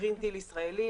"גרין דיל" ישראלי,